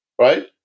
right